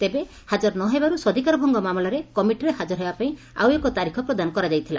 ତେବେ ହାଜର ନ ହେବାରୁ ସ୍ୱାଧୀକାର ଭଙ୍ଗ ମାମଲାରେ କମିଟିରେ ହାଜର ହେବା ପାଇଁ ଆଉ ଏକ ତାରିଖ ପ୍ରଦାନ କରାଯାଇଥିଲା